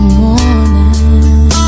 morning